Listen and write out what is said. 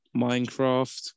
Minecraft